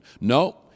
No